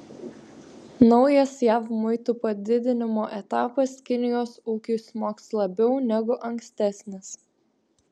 naujas jav muitų padidinimo etapas kinijos ūkiui smogs labiau negu ankstesnis